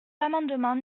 l’amendement